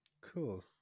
Cool